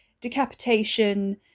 decapitation